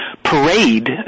parade